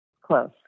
Close